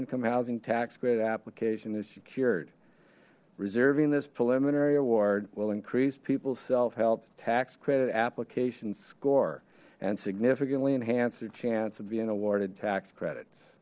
income housing tax credit application is secured reserving this preliminary award will increase people's self help tax credit application score and significantly enhanced a chance of being awarded tax credits